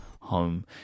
home